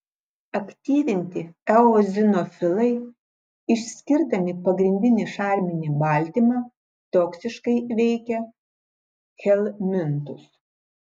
aktyvinti eozinofilai išskirdami pagrindinį šarminį baltymą toksiškai veikia helmintus